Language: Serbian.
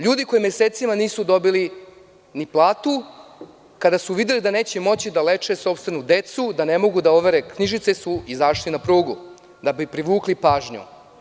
Ljudi koji mesecima nisu dobili ni platu, kada su videli da neće moći da leče sopstvenu decu, da ne mogu da overe knjižice, onda su izašli na prugu, da bi privukli pažnju.